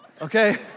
okay